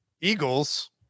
Eagles